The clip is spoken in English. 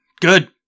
Good